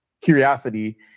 curiosity